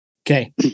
okay